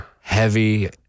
Heavy